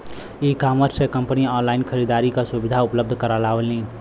ecommerce से company online खरीदारी क सुविधा उपलब्ध करावलीन